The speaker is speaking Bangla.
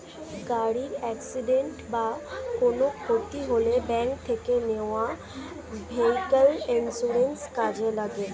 গাড়ির অ্যাকসিডেন্ট বা কোনো ক্ষতি হলে ব্যাংক থেকে নেওয়া ভেহিক্যাল ইন্সুরেন্স কাজে লাগে